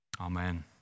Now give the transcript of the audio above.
Amen